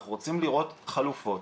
אנחנו רוצים לראות חלופות,